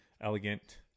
elegant